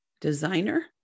designer